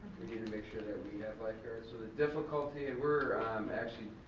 we need to make sure that we have lifeguards. so the difficulty, and we're actually,